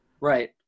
right